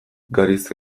gariz